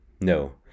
No